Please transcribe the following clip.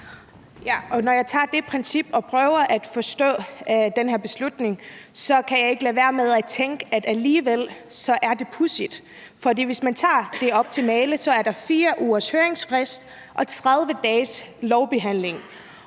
Når jeg ser på det princip og prøver at forstå den her beslutning, kan jeg ikke lade være med at tænke, at det alligevel er pudsigt. For optimalt set er der 4 ugers høringsfrist og 30 dages lovbehandling,